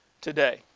today